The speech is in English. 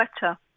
better